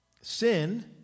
sin